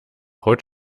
haut